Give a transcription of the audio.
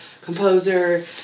composer